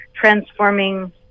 transforming